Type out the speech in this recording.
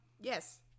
Yes